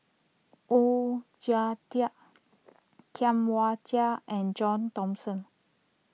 Oon Jin Teik Tam Wai Jia and John Thomson